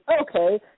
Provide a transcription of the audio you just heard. okay